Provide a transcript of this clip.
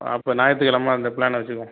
அப்போ ஞாயிற்று கிழம அந்த பிளானை வைச்சிக்குவோம்